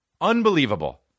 Unbelievable